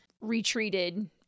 retreated